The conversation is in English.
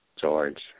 George